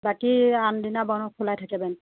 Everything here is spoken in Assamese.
বাকী আনদিনা বন খোলাই থাকে বেংক